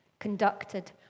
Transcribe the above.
conducted